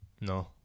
no